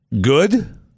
good